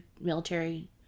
military